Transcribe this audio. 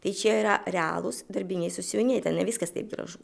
tai čia yra realūs darbiniai sąsiuviniai ten ne viskas taip gražu